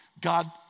God